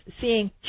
seeing